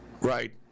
Right